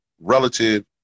relative